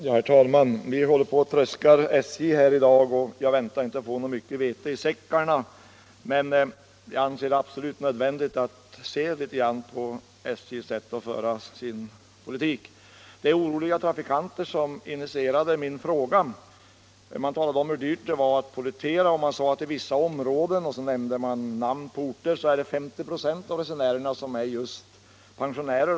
Herr talman! Vi håller på att tröska SJ här i dag, och jag räknar inte med att få mycket vete i säckarna, men jag anser det absolut nödvändigt att titta litet på SJ:s sätt att föra sin politik. Det är oroliga trafikanter som initierat min fråga. De talade om hur dyrt det är att pollettera och nämnde att på vissa orter är 50 ", av resenärerna pensionärer.